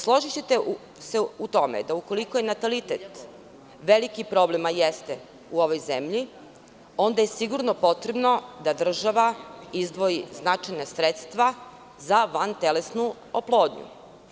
Složićete se u tome da ukoliko je natalitet veliki problem, a jeste u ovoj zemlji, onda je sigurno potrebno da država izdvoji značajna sredstva za van telesnu oplodnju.